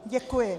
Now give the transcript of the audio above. Děkuji.